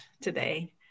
today